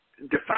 define